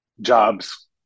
jobs